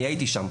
אני הייתי שם.